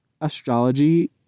astrology